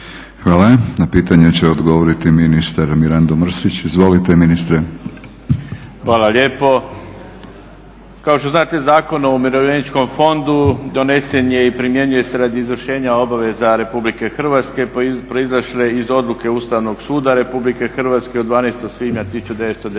Hvala. Na pitanje će odgovoriti ministar Mirando Mrsić, izvolite ministre. **Mrsić, Mirando (SDP)** Hvala lijepo. Kao što znate Zakon o umirovljeničkom fondu donesen je i primjenjuje se radi izvršenja obaveza RH proizašle iz odluke Ustavnog suda RH od 12. svibnja 1998.